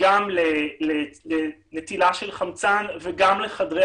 גם לנטילה של חמצן וגם לחדרי